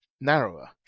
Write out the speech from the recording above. narrower